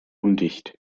undicht